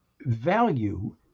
value